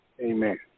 Amen